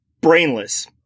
Brainless